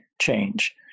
change